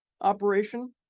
operation